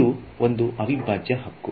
ಇದು ಒಂದು ಅವಿಭಾಜ್ಯ ಹಕ್ಕು